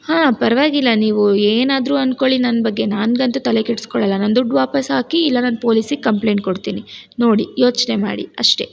ಹಾಂ ಪರವಾಗಿಲ್ಲ ನೀವು ಏನಾದ್ರೂ ಅಂದ್ಕೊಳ್ಳಿ ನನ್ನ ಬಗ್ಗೆ ನಾನು ಅಂತೂ ತಲೆ ಕೆಡ್ಸ್ಕೊಳ್ಳೋಲ್ಲ ನನ್ನ ದುಡ್ಡು ವಾಪಸ್ಸು ಹಾಕಿ ಇಲ್ಲ ನಾನು ಪೋಲಿಸಿಗೆ ಕಂಪ್ಲೇಂಟ್ ಕೊಡ್ತೀನಿ ನೋಡಿ ಯೋಚನೆ ಮಾಡಿ ಅಷ್ಟೇ